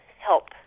help